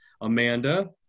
Amanda